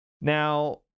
Now